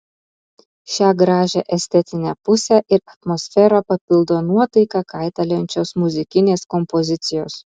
šią gražią estetinę pusę ir atmosferą papildo nuotaiką kaitaliojančios muzikinės kompozicijos